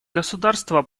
государства